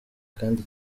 kandi